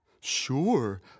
Sure